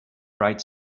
bright